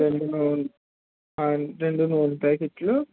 రెండు నునే హా రెండు నునే ప్యాకెట్లు